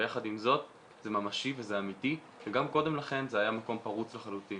ויחד עם זאת זה ממשי וזה אמיתי וגם קודם לכן זה היה מקום פרוץ לחלוטין.